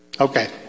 Okay